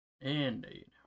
Indeed